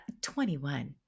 21